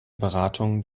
beratung